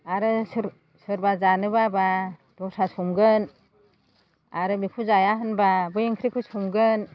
आरो सोरबा जानो बाबा दस्रा संगोन आरो बेखौ जाया होनबा बै ओंख्रिखौ संगोन